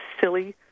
silly